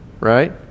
right